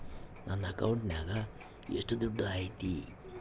ನನ್ನ ಅಕೌಂಟಿನಾಗ ಎಷ್ಟು ದುಡ್ಡು ಐತಿ?